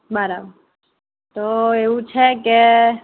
બરાબર તો એવું છે કે